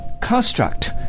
construct